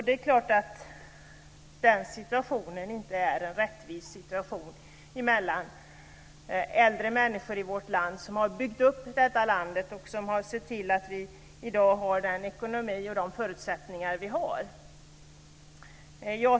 Det är klart att det inte är en rättvis situation mellan äldre människor i vårt land som byggt upp detta land och sett till att vi i dag har den ekonomi och de förutsättningar som vi har.